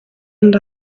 and